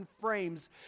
frames